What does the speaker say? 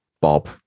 Bob